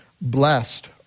Blessed